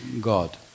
God